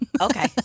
okay